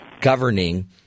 governing